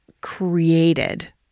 created